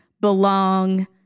belong